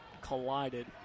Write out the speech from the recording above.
collided